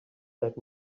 that